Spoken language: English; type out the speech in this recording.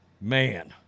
Man